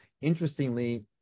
Interestingly